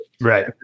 Right